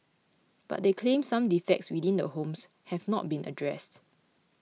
but they claimed some defects within the homes have not been addressed